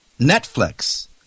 Netflix